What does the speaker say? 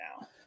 now